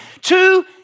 two